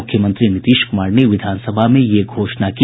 मूख्यमंत्री नीतीश कुमार ने विधानसभा यह घोषणा की